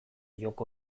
joko